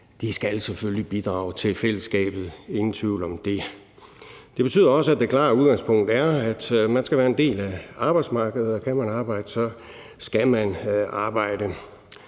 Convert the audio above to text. hertil, selvfølgelig skal bidrage til fællesskabet – ingen tvivl om det. Det betyder også, at det klare udgangspunkt er, at man skal være en del af arbejdsmarkedet, og kan man arbejde, skal man arbejde.